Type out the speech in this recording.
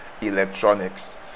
electronics